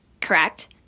correct